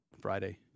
Friday